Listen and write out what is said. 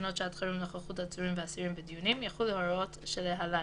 תקנות שעת חירום נוכחות עצורים ואסירים בדיונים) יחולו ההוראות שלהלן: